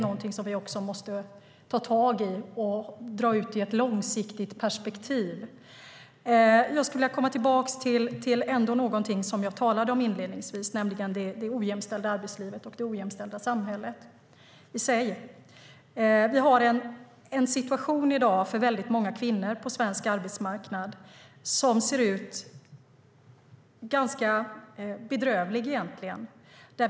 Vi måste ta tag i det och se på det i ett långsiktigt perspektiv. Jag skulle vilja gå tillbaka till det som jag talade om inledningsvis, nämligen det ojämställda arbetslivet och det ojämställda samhället i sig. Vi har i dag en situation på svensk arbetsmarknad som för väldigt många kvinnor egentligen ser ganska bedrövlig ut.